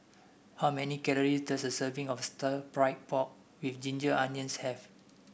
how many calories does a serving of Stir Fried Pork with Ginger Onions have